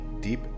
deep